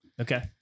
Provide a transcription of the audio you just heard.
Okay